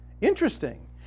Interesting